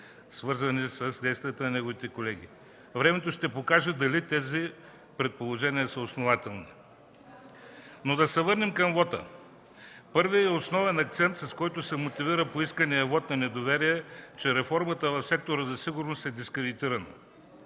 свързани с действията на неговите колеги. Времето ще покаже дали тези предположения са основателни. Да се върнем към вота. Първият и основен акцент, с който се мотивира поисканият вот на недоверие, е, че реформата в сектора за сигурност е дискредитирана.